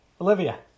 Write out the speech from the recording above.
Olivia